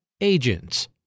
Agents